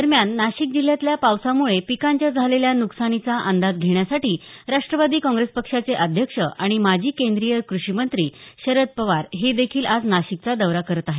दरम्यान नाशिक जिल्ह्यातल्या पावसामुळे पिकांच्या झालेल्या नुकसानीचा अंदाज घेण्यासाठी राष्ट्रवादी काँग्रेस पक्षाचे अध्यक्ष आणि माजी केंद्रीय कृषी मंत्री शरद पवार हे देखील आज नाशिकचा दौरा करत आहेत